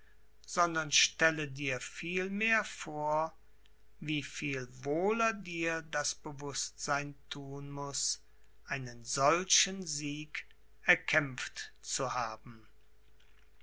sondern stelle dir vielmehr vor wie viel wohler dir das bewußtsein thun muß einen solchen sieg erkämpft zu haben